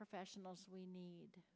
professionals we need